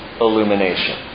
illumination